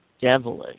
devilish